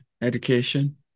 education